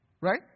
Right